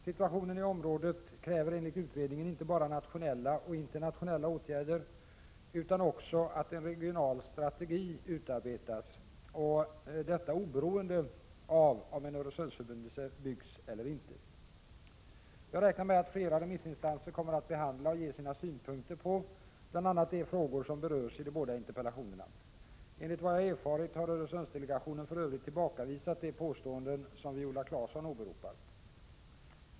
Situationen i området kräver enligt utredningen inte bara nationella och internationella åtgärder utan också att en regional strategi utarbetas — och detta oberoende av om en Öresundsförbindelse byggs eller inte. Jag räknar med att flera remissinstanser kommer att behandla och ge sina synpunkter på bl.a. de frågor som berörs i de båda interpellationerna. Enligt vad jag erfarit har Öresundsdelegationen för övrigt tillbakavisat de påståenden som Viola Claesson åberopar.